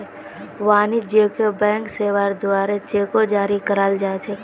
वाणिज्यिक बैंक सेवार द्वारे चेको जारी कराल जा छेक